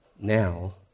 now